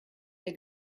der